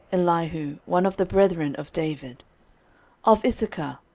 elihu, one of the brethren of david of issachar,